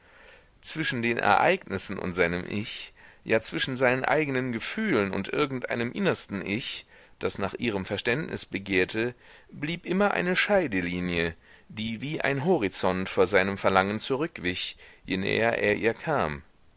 zwischen den ereignissen und seinem ich ja zwischen seinen eigenen gefühlen und irgendeinem innersten ich das nach ihrem verständnis begehrte blieb immer eine scheidelinie die wie ein horizont vor seinem verlangen zurückwich je näher er ihr kam